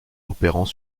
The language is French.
opérant